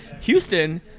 Houston